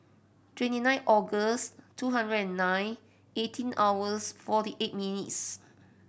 twenty nine August two hundred and nine eighteen hours forty eight minutes